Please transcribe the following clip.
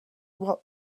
what